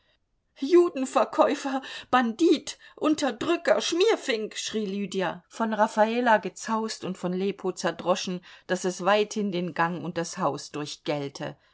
einzuschreiten judenverkäufer bandit unterdrücker schmierfink schrie lydia von raffala gezaust und von lepo zerdroschen daß es weithin den gang und das haus